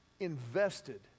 invested